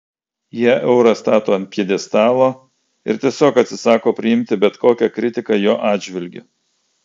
jie eurą stato ant pjedestalo ir tiesiog atsisako priimti bet kokią kritiką jo atžvilgiu